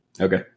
Okay